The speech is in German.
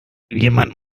jemand